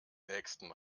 nächsten